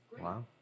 Wow